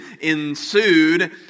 ensued